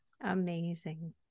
Amazing